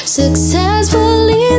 successfully